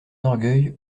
orgueil